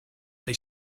they